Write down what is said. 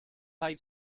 five